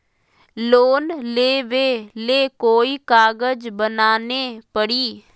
Loan लेबे ले कोई कागज बनाने परी?